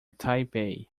taipei